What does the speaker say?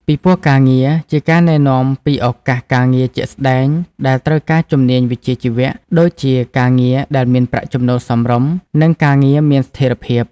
ពិព័រណ៍ការងារ ជាការណែនាំពីឱកាសការងារជាក់ស្តែងដែលត្រូវការជំនាញវិជ្ជាជីវៈ ដូចជាការងារដែលមានប្រាក់ចំណូលសមរម្យ និងការងារមានស្ថិរភាព។